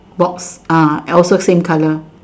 box ah also same colour